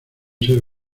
ser